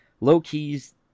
low-key's